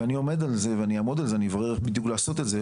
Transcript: אני עומד על זה ואעמוד על זה אברר איך בדיוק לעשות את זה